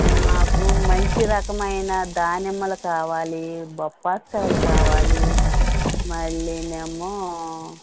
మాకు మంచి రకమైన దానిమ్మలు కావాలి బొప్పాయి కాయలు కావాలి మళ్ళీనేమో